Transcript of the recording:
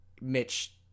Mitch